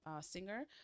singer